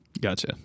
Gotcha